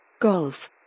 Golf